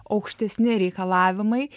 aukštesni reikalavimai